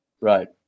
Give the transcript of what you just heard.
Right